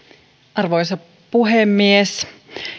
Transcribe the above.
arvoisa puhemies